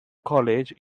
college